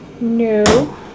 No